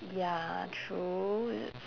ya true it's